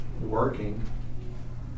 working